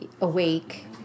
awake